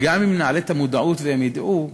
וגם אם נעלה את המודעות והם ידעו,